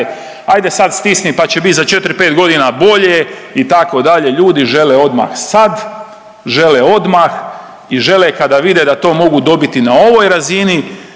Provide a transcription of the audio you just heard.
hajde sad stisni pa će biti za četiri, pet godina bolje itd. Ljudi žele odmah sad, žele odmah i žele kada vide da to mogu dobiti na ovoj razini